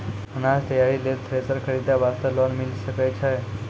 अनाज तैयारी लेल थ्रेसर खरीदे वास्ते लोन मिले सकय छै?